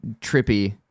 trippy